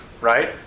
Right